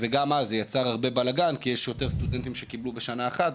וגם אז זה יצר הרבה בלגן כי יש יותר סטודנטים שקיבלו בשנה אחת,